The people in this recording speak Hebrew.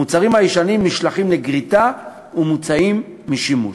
המוצרים הישנים נשלחים לגריטה ומוצאים משימוש.